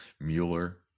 Mueller